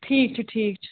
ٹھیٖک چھُ ٹھیٖک چھُ